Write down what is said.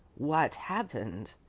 what happened?